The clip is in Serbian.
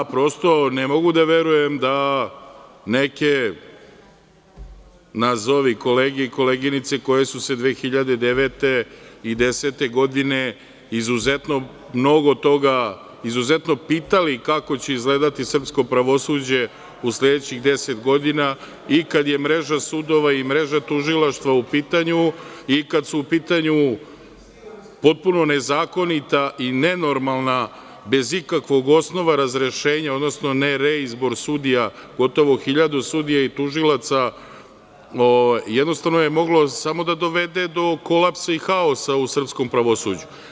Ne mogu da verujem da neke, nazovi kolege i koleginice koje su se 2009. godine i 2010. godine izuzetno pitali kako će izgledati srpsko pravosuđe u sledećih 10 godina i kada je mreža sudova i mreža tužilaštva u pitanju i kada su u pitanju potpuno nezakonita i nenormalna, bez ikakvog osnova razrešenja, odnosno nereizbor sudija, gotovo hiljadu sudija i tužilaca, jednostavno je moglo samo da dovede do kolapsa i haosa u srpskom pravosuđu.